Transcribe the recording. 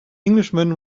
englishman